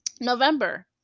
November